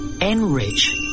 enrich